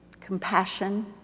compassion